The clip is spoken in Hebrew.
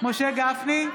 משה גפני,